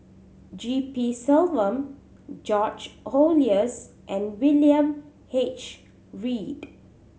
G P Selvam George Oehlers and William H Read